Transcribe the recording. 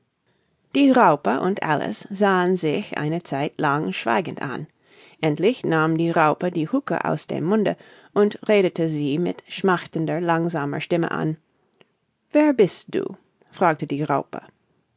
die raupe und alice sahen sich eine zeit lang schweigend an endlich nahm die raupe die huhka aus dem munde und redete sie mit schmachtender langsamer stimme an wer bist du fragte die raupe